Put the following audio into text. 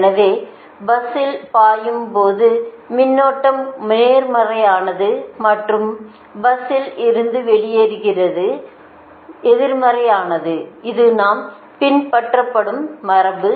எனவே பஸ்ஸில் பாயும் போது மின்னோட்டம் நேர்மறையானது மற்றும் பஸ்ஸில் இருந்து வெளியேறும் போது எதிர்மறையானது இது நாம் பின்பற்றும் மரபு